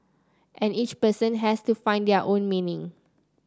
and each person has to find their own meaning